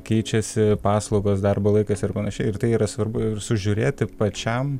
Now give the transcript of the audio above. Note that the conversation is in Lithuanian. keičiasi paslaugos darbo laikas ir panašiai ir tai yra svarbu sužiūrėti pačiam